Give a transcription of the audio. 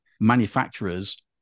manufacturers